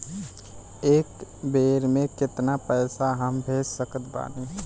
एक बेर मे केतना पैसा हम भेज सकत बानी?